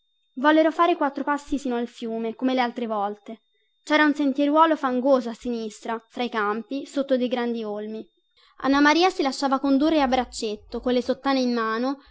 vollero fare quattro passi sino al fiume come le altre volte cera un sentieruolo fangoso a sinistra fra i campi sotto dei grandi olmi anna maria si lasciava condurre a braccetto colle sottane in mano